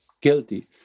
guilty